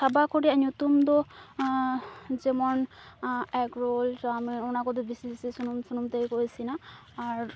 ᱛᱷᱟᱵᱟᱠᱚ ᱨᱮᱭᱟᱜ ᱧᱩᱛᱩᱢᱫᱚ ᱡᱮᱢᱚᱱ ᱮᱜᱽᱨᱳᱞ ᱪᱟᱣᱢᱤᱱ ᱚᱱᱟᱠᱚ ᱫᱚ ᱵᱮᱥᱤ ᱵᱤᱥᱤ ᱥᱩᱱᱩᱢ ᱥᱩᱱᱩᱢᱛᱮ ᱜᱮ ᱠᱚ ᱤᱥᱤᱱᱟ ᱟᱨ